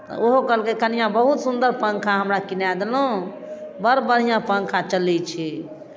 ओहो कहलकै कनिआँ बहुत सुन्दर पंखा हमरा किनाए देलहुँ बड्ड बढ़िआँ पंखा चलै छै